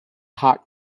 hard